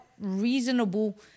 reasonable